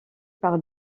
par